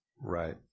Right